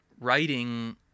writing